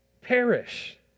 perish